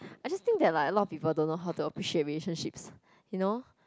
I just think that like lah a lot of people don't know how to appreciate relationships you know